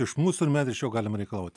iš mūsų ir mes iš jo galim reikalauti